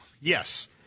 yes